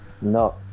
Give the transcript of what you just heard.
no